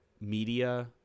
media